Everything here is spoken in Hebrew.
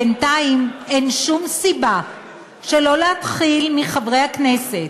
בינתיים אין שום סיבה שלא להתחיל מחברי הכנסת,